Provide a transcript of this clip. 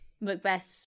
Macbeth